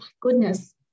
goodness